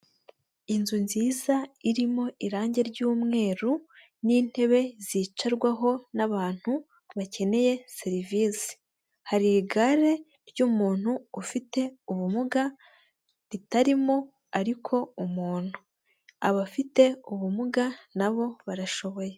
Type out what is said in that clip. Inzu nziza irimo irangi ry'mweru n'intebe zicarwaho n'abantu bakeneye serivisi, hari igare ry'umuntu ufite ubumuga ritarimo ariko umuntu, abafite ubumuga nabo barashoboye.